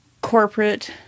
corporate